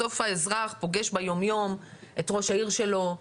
בסוף האזרח פוגש ביומיום את ראש העיר שלו,